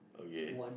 okay